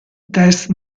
test